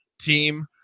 team